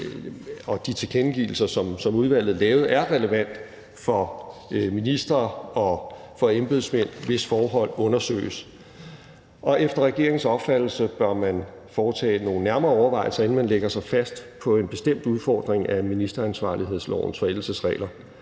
de tilkendegivelser, som udvalget lavede, er relevante for ministre og for embedsmænd, hvis forhold undersøges. Efter regeringens opfattelse bør man foretage nogle nærmere overvejelser, inden man lægger sig fast på en bestemt udfordring af ministeransvarlighedslovens forældelsesregler.